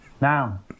now